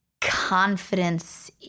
confidence